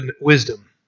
wisdom